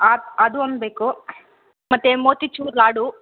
app ಅದು ಒಂದು ಬೇಕು ಮತ್ತು ಮೋತಿ ಚೂರ್ ಲಾಡು